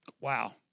wow